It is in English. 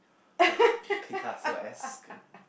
Picasso-esque